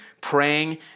praying